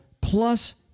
plus